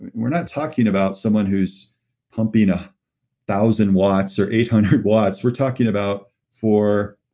we're not talking about someone who's pumping a thousand watts or eight hundred watts. we're talking about for,